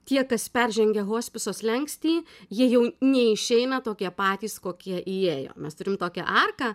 tie kas peržengia hospiso slenkstį jie jau neišeina tokie patys kokie įėjo mes turim tokią arką